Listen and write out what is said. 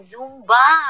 Zumba